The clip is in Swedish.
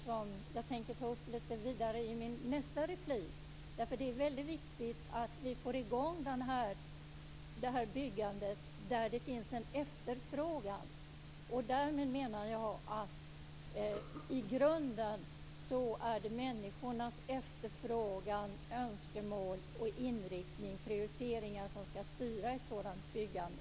Det tänker jag ta upp lite vidare i min nästa replik, eftersom det är väldigt viktigt att vi får i gång byggandet, där det finns en efterfrågan. Därmed menar jag att det i grunden är människornas efterfrågan, önskemål om inriktning och prioriteringar som ska styra ett sådant byggande.